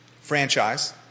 franchise